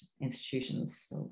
institutions